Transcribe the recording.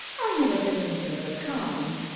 i never said anything of the kind.